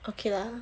okay lah